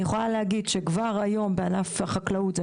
אני יכולה להגיע שכבר היום בענף החקלאות זה